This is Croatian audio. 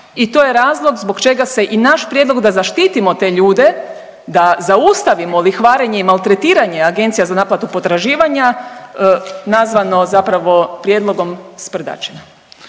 I to je razlog zbog čega se i naš prijedlog da zaštitimo te ljude, da zaustavimo lihvarenje i maltretiranje agencija za naplatu potraživanja nazvano zapravo prijedlogom sprdačina.